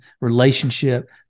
relationship